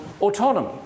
autonomy